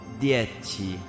dieci